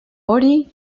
hori